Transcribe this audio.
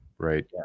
Right